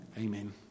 Amen